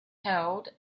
held